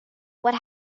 what